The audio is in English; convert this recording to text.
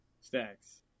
stacks